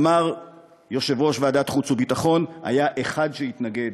אמר יושב-ראש ועדת החוץ והביטחון: היה אחד שהתנגד,